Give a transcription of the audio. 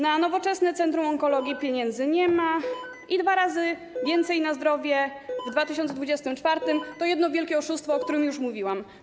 Na nowoczesne centrum onkologii pieniędzy nie ma, a dwa razy więcej na zdrowie w 2024 r. to jedno wielkie oszustwo, o którym już mówiłam.